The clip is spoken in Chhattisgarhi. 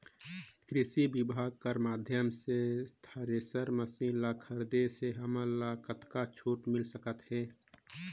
कृषि विभाग कर माध्यम से थरेसर मशीन ला खरीदे से हमन ला कतका छूट मिल सकत हे?